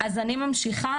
אני ממשיכה.